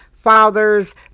fathers